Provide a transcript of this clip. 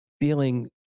feeling